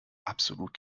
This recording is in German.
absolut